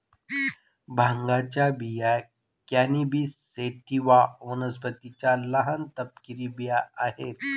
भांगाच्या बिया cannabis sativa वनस्पतीच्या लहान, तपकिरी बिया आहेत